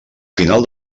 final